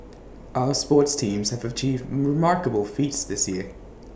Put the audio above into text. our sports teams have achieved remarkable feats this year